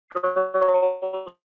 girls